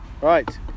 right